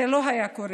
זה לא היה קורה,